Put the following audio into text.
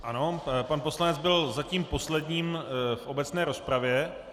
Ano, pan poslanec byl zatím posledním v obecné rozpravě.